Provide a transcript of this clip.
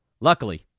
Luckily